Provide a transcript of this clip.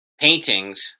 paintings